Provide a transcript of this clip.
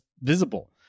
visible